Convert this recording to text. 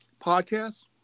podcast